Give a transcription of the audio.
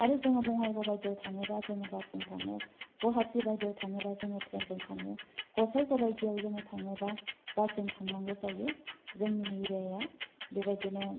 आरो जोङो बङाइगाव बादियाव थाङोबा जोङो बासजों थाङो गुवाहाटी बादियाव थाङोबा जोङो ट्रेइनजों थाङो गसायगाव बादियाव जोङो थाङोबा बासजों थांनांगौ जायो जोंनि एरियाया बेबायदिनो